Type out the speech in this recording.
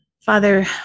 Father